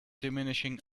diminishing